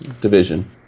division